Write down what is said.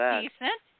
decent